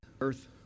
Earth